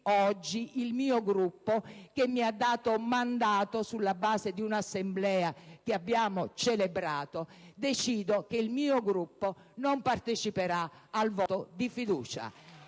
il mio Gruppo, che mi ha dato mandato sulla base di un'assemblea che abbiamo celebrato, non parteciperà al voto di fiducia.